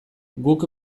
guk